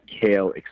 kale